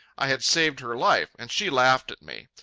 i had saved her life. and she laughed at me.